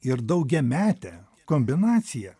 ir daugiametę kombinaciją